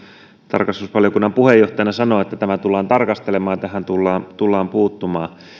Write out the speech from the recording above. tarkastusvaliokunnan puheenjohtajana sanoi että tämä tullaan tarkastelemaan ja tähän tullaan tullaan puuttumaan